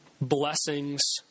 blessings